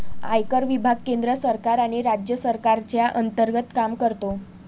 आयकर विभाग केंद्र सरकार आणि राज्य सरकारच्या अंतर्गत काम करतो